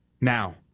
Now